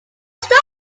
stop